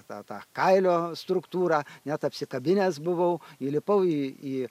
tą tą kailio struktūrą net apsikabinęs buvau įlipau į į